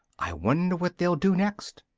i wonder what they'll do next!